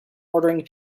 ordering